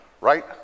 Right